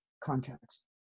context